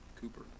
Cooper